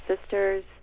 sister's